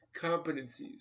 competencies